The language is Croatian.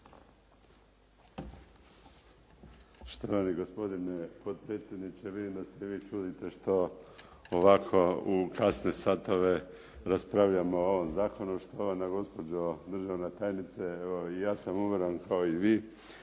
Štovani gospodine potpredsjedniče, vidim da se vi čudite što ovako u kasne satove raspravljamo o ovom zakonu, štovana gospođo državna tajnice, evo i ja sam umoran kao i vi,